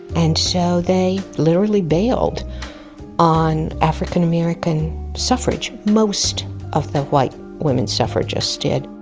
and so they literally bailed on african-american suffrage. most of the white women suffragists did.